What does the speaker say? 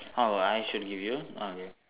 oh I should give you okay